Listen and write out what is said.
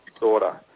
daughter